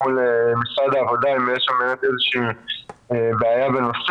מבחינת המימוש של מענקים ושל הסיוע שהיה אמור להינתן.